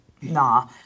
nah